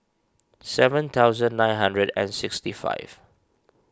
seven thousand nine hundred and sixty five